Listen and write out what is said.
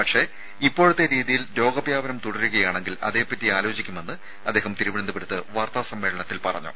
പക്ഷേ ഇപ്പോഴത്തെ രീതിയിൽ രോഗവ്യാപനം തുടരുകയാണെങ്കിൽ അതേപ്പറ്റി ആലോചിക്കുമെന്ന് അദ്ദേഹം തിരുവനന്തപുരത്ത് വാർത്താ സമ്മേളനത്തിൽ പറഞ്ഞു